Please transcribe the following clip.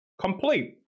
complete